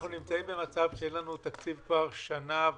אנחנו נמצאים במצב שאין לנו תקציב כבר שנה וקצת.